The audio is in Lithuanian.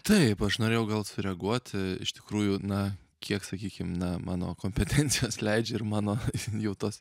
taip aš norėjau gal sureaguoti iš tikrųjų na kiek sakykim na mano kompetencijos leidžia ir mano jau tos